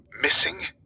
Missing